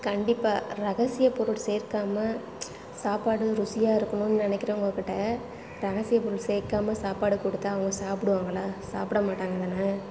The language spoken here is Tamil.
கண்டிப்பாக ரகசிய பொருள் சேர்க்காமல் சாப்பாடு ருசியாக இருக்கணுன்னு நினைக்கிறவங்க கிட்ட ரகசிய பொருள் சேர்க்காமா சாப்பாடு கொடுத்தா அவங்க சாப்பிடுவாங்களா சாப்பிட மாட்டாங்க தானே